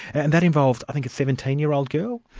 and that involved i think a seventeen year old girl?